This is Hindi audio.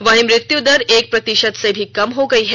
वहीं मृत्यु दर एक प्रतिशत से भी कम हो गई है